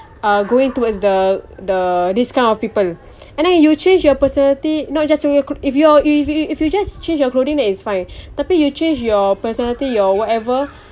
uh going towards the the this kind of people and then you change your personality not just so if you coul~ if you uh if you just change your clothing then it's fine tapi you change your personality your whatever